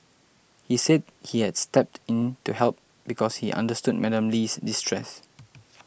he said he has stepped in to help because he understood Madam Lee's distress